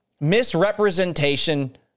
misrepresentation